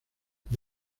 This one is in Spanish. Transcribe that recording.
the